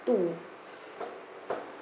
too